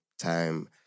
time